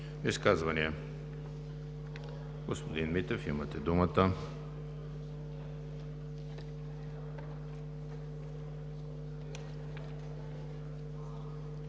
Изказвания? Господин Митев, имате думата.